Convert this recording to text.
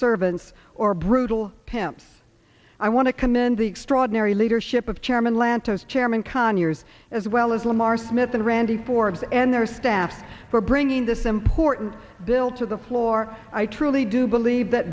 servants or brutal pimps i want to commend the extraordinary leadership of chairman lantos chairman conyers as well as lamar smith and randy forbes and their staff for bringing this important bill to the floor i truly do believe that